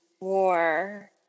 war